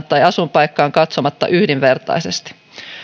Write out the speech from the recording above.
tai asuinpaikkaan katsomatta yhdenvertaisesti